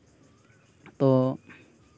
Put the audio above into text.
ᱛᱚ